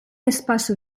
espace